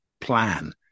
plan